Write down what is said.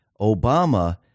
Obama